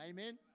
Amen